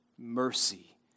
Mercy